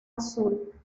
azul